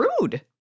rude